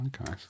Okay